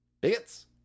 Bigots